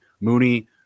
Mooney